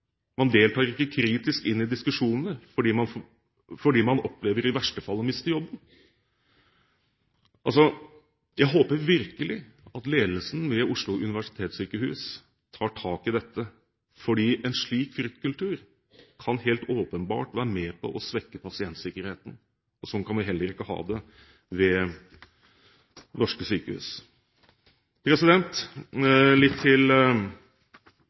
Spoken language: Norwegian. Man deltar ikke kritisk i diskusjonene, fordi man opplever i verste fall å miste jobben. Jeg håper virkelig at ledelsen ved Oslo universitetssykehus tar tak i dette, fordi en slik fryktkultur kan helt åpenbart være med på å svekke pasientsikkerheten. Slik kan vi heller ikke ha det ved norske sykehus. Litt om statsrådens styring: Vi legger til